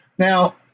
Now